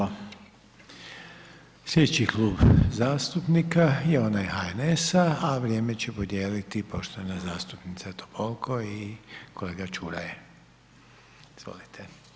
Slijedeći Klub zastupnika je onaj HNS-a, a vrijeme će podijeliti poštovana zastupnica Topolko i kolega Čuraj, izvolite.